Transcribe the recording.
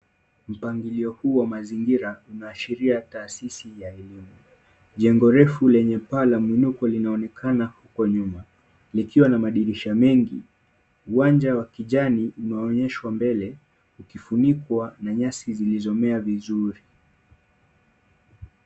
Mpangilio huu wa mazingira unaashiria taasisi ya elimu. Jengo refu lenye paa la muinuko linaonekana huko nyuma likiwa na madirisha mengi, uwanja wa kijani unaonyeshwa mbele ukifunikwa na nyasi zilizomea vizuri.